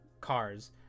cars